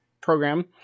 Program